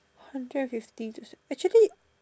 hundred and fifty just actually